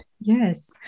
Yes